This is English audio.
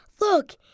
Look